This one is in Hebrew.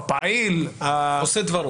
הפעיל -- עושה דברו.